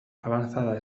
avanzada